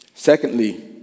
Secondly